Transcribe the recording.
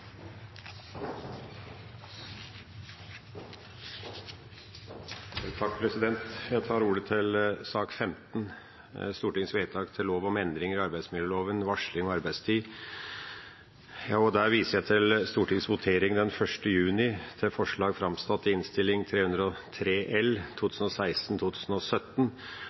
til sak nr. 15, Stortingets vedtak til lov om endringer i arbeidsmiljøloven Jeg viser til Stortingets votering den 1. juni i år over forslag i Innst. 303 L